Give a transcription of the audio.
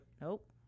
Nope